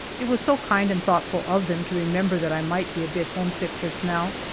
it was so kind and thoughtful of them to remember that i might be a bit homesick just now.